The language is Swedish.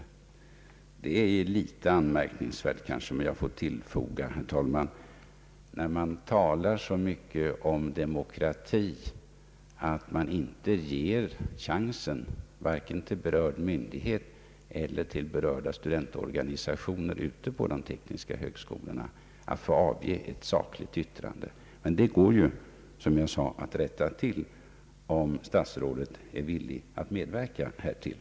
När det talas så mycket om demokrati, så är det litet anmärkningsvärt, herr talman, att varken berörd myndighet eller berörda studentorganisationer vid de tekniska högskolorna får chansen att avge ett sakligt yttrande i en sådan här angelägenhet. Men vad som brustit går ju, som jag sade, att rätta till, om statsrådet är villig att medverka härtill.